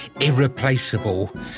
irreplaceable